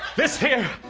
this here.